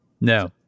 No